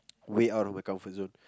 way out of the comfort zone